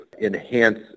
enhance